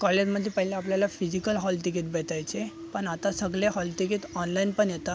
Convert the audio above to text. कॉलेजमध्ये पहिले आपल्याला फिजिकल हॉल तिकीट भेटायचे पण आता सगळे हॉल तिकीट ऑनलाईन पण येतं